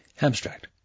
Abstract